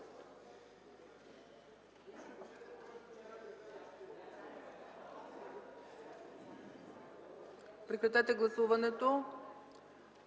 Прекратете гласуването,